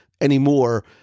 anymore